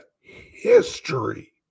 history